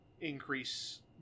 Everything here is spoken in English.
increase